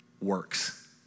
works